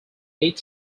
eight